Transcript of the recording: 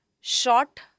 short